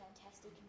fantastic